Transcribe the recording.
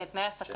כן, תנאי העסקה,